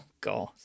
God